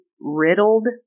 riddled